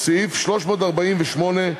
סעיף 348,